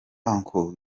uncle